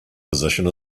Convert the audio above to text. position